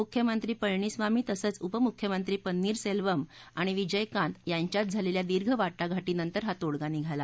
मुख्यमंत्री पळणीस्वामी तसंच उपमुख्यमंत्री पन्नीरसल्विम आणि विजयकांत यांच्यात झालल्वा दीर्घ वाटाघाटींनंतर हा तोडगा निघाला